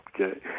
Okay